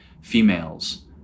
females